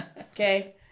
Okay